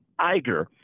Iger